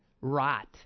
rot